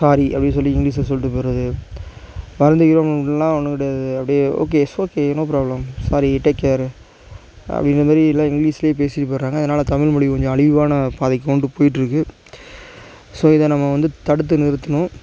sorry அப்படின்னு இங்கிலீஷில் சொல்லிகிட்டு போயிடுறது வருந்துகிறோம் அப்படின்லாம் ஒன்று கிடையாது அப்படியே okay it's okay no problem sorry take care அப்படிங்கிற மாரி எல்லாம் இங்கிலீஷ்லேயே பேசிட்டு போயிடறாங்க அதனால் தமிழ்மொழி கொஞ்சம் அழிவான பாதைக்கு கொண்டு போயிட்டு இருக்குது ஸோ இதை நம்ம வந்து தடுத்து நிறுத்துணும்